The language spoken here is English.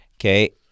okay